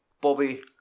Bobby